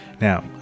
Now